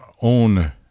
own